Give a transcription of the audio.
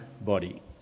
body